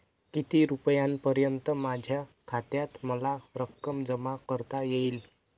किती रुपयांपर्यंत माझ्या खात्यात मला रक्कम जमा करता येईल?